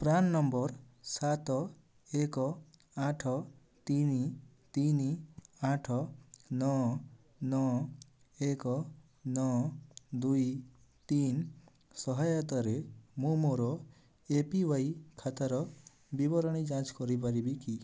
PRAN number ସାତ ଏକ ଆଠ ତିନି ତିନି ଆଠ ନଅ ନଅ ଏକ ନଅ ଦୁଇ ତିନି ସହାୟତାରେ ମୁଁ ମୋର ଏ ପି ୱାଇ ଖାତାର ବିବରଣୀ ଯାଞ୍ଚ କରିପାରିବି କି